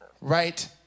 right